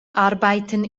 arbeiten